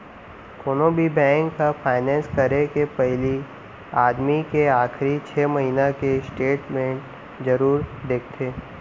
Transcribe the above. कोनो भी बेंक ह फायनेंस करे के पहिली आदमी के आखरी छै महिना के स्टेट मेंट जरूर देखथे